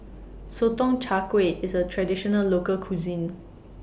Sotong Char Kway IS A Traditional Local Cuisine